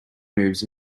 moves